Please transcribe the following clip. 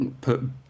put